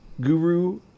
guru